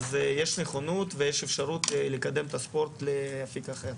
יש נכונות ויש אפשרות לקדם את הספורט לאפיק אחר.